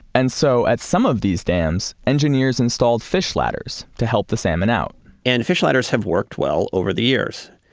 and so, at some of these dams, engineers installed fish ladders to help the salmon out and fish ladders have worked well over the years.